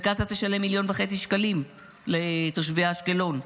וקצא"א תשלם מיליון וחצי שקלים לתושבי אשקלון.